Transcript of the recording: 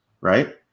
right